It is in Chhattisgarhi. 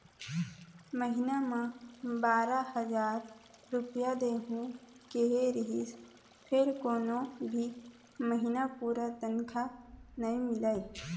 महिना म बारा हजार रूपिया देहूं केहे रिहिस फेर कोनो भी महिना पूरा तनखा नइ मिलय